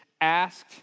asked